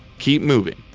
keep moving.